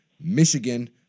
Michigan